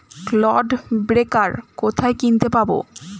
Clod breaker কোথায় কিনতে পাব?